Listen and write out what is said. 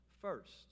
first